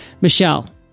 Michelle